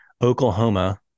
Oklahoma